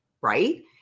right